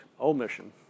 omission